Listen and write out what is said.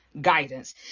guidance